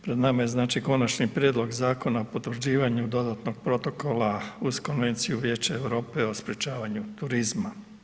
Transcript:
Pred nama je znači Konačni prijedlog Zakona o potvrđivanju dodatnog protokola uz Konvenciju Vijeća Europe o sprječavanju terorizma.